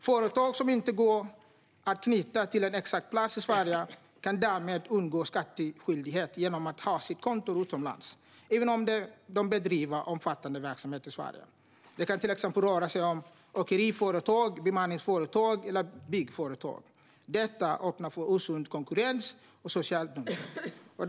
Företag som inte går att knyta till en exakt plats i Sverige kan därmed undgå skattskyldighet genom att ha sitt kontor utomlands även om de bedriver omfattande verksamhet i Sverige. Det kan röra sig om till exempel åkeriföretag, bemanningsföretag och byggföretag. Detta öppnar för osund konkurrens och social dumpning.